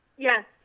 Yes